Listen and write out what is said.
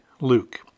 Luke